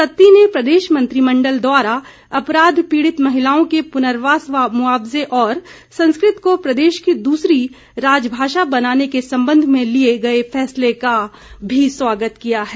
सत्ती ने प्रदेश मंत्रिमण्डल द्वारा अपराध पीड़ित महिलाओं के पुनर्वास व मुआवज़े और संस्कृत को प्रदेश की दूसरी राजभाषा बनाने के संबंध में लिए गए फैसले का भी स्वागत किया है